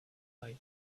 eyes